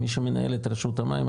מי שמנהל את רשות המים,